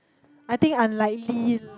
I think unlikely